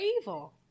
evil